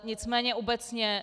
Nicméně obecně.